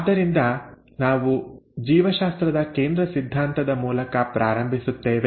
ಆದ್ದರಿಂದ ನಾವು ಜೀವಶಾಸ್ತ್ರದ ಕೇಂದ್ರ ಸಿದ್ಧಾಂತದ ಮೂಲಕ ಪ್ರಾರಂಭಿಸುತ್ತೇವೆ